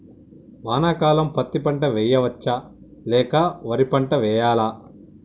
వానాకాలం పత్తి పంట వేయవచ్చ లేక వరి పంట వేయాలా?